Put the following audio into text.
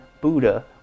Buddha